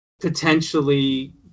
potentially